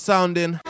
Sounding